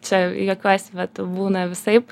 čia juokiuos vat būna visaip